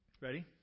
Ready